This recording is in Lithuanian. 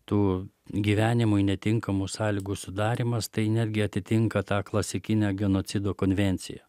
tų gyvenimui netinkamų sąlygų sudarymas tai netgi atitinka tą klasikinę genocido konvenciją